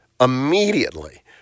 Immediately